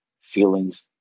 feelings